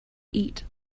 eat